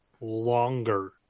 longer